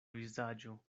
vizaĝo